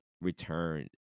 return